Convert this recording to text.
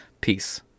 Peace